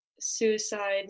suicide